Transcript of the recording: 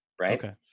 Right